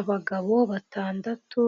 Abagabo batandatu